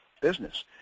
business